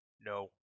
No